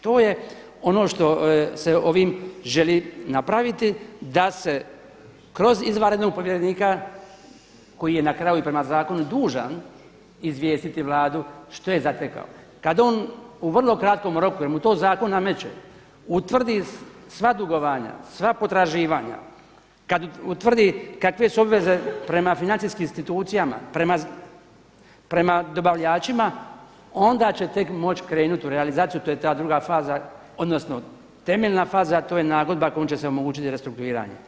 To je ono što se ovim želi napraviti da se kroz izvanrednog povjerenika koji je na kraju i prema zakonu dužan izvijestiti Vladu što je zatekao, kada on u vrlo kratkom roku jer mu to zakon nameće utvrdi sva dugovanja, sva potraživanja, kada utvrdi kakve su obveze prema financijskim institucijama, prema dobavljačima onda će tek moći krenuti u realizaciju, to je ta druga faza odnosno temeljna faza, a to je nagodba kojom će se omogućiti restrukturiranje.